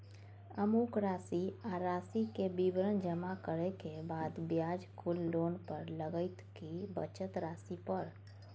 अमुक राशि आ राशि के विवरण जमा करै के बाद ब्याज कुल लोन पर लगतै की बचल राशि पर?